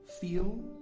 feel